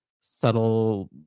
subtle